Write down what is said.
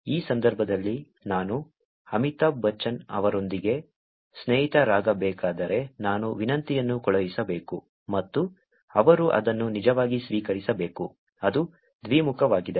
ಈ ಸಂದರ್ಭದಲ್ಲಿ ನಾನು ಅಮಿತಾಬ್ ಬಚ್ಚನ್ ಅವರೊಂದಿಗೆ ಸ್ನೇಹಿತರಾಗಬೇಕಾದರೆ ನಾನು ವಿನಂತಿಯನ್ನು ಕಳುಹಿಸಬೇಕು ಮತ್ತು ಅವರು ಅದನ್ನು ನಿಜವಾಗಿ ಸ್ವೀಕರಿಸಬೇಕು ಅದು ದ್ವಿಮುಖವಾಗಿದೆ